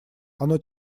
оно